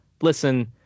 listen